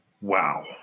Wow